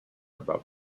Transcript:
about